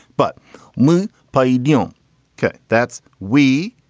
but moon by a deal. that's we.